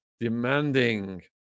demanding